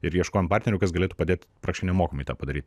ir ieškojom partnerių kas galėtų padėt praktiškai nemokamai tą padaryti